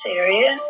area